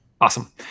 Awesome